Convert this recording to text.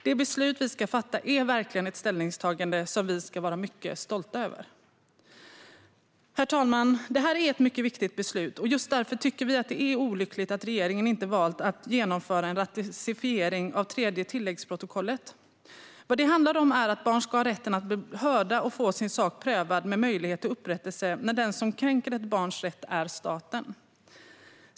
Det beslut vi ska fatta är verkligen ett ställningstagande som vi ska vara mycket stolta över. Herr talman! Det här är ett mycket viktigt beslut, och just därför tycker vi att det är olyckligt att regeringen inte valt att genomföra en ratificering av det tredje tilläggsprotokollet. Vad det handlar om är att barn ska ha rätten att bli hörda och få sin sak prövad med möjlighet till upprättelse när den som kränker ett barns rätt är staten.